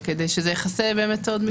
זה יכסה עוד מקרים.